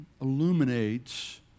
illuminates